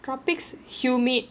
tropics humid